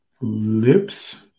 lips